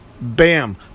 Bam